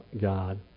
God